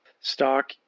stock